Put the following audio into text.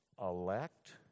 elect